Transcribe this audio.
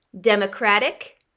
Democratic